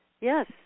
Yes